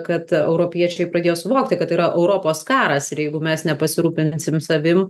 kad europiečiai pradėjo suvokti kad tai yra europos karas ir jeigu mes nepasirūpinsim savim